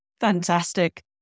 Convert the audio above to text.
Fantastic